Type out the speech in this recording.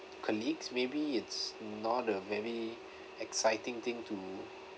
colleagues maybe it's not a very exciting thing to